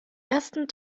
ersten